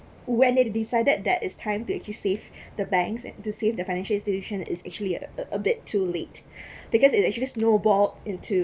when they decided that it's time to actually save the banks to save the financial institution is actually a a bit too late because it's actually snowball into